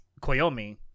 Koyomi